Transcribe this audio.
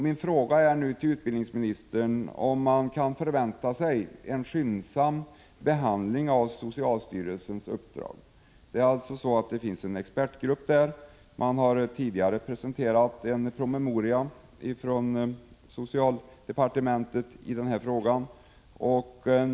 Min fråga till utbildningsministern är om man kan förvänta sig en skyndsam behandling av socialstyrelsens uppdrag. En expertgrupp på socialstyrelsen har tidigare presenterat en promemoria från socialdepartementet i denna fråga.